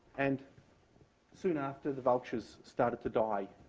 and soon after, the vultures started to die.